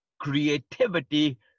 creativity